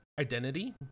identity